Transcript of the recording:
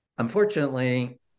Unfortunately